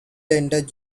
blended